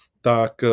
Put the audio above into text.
tak